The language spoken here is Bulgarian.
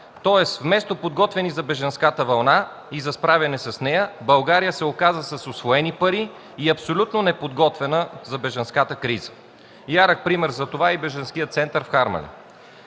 Тоест вместо подготвена за бежанската вълна и за справяне с нея, България се оказа с усвоени пари и абсолютно неподготвена за бежанската криза. Ярък пример за това е и бежанският център в Харманли.